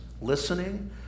listening